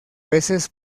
veces